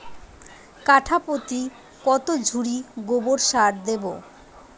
কাঠাপ্রতি কত ঝুড়ি গোবর সার দেবো?